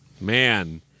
Man